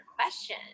question